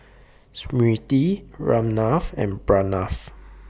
Smriti Ramnath and Pranav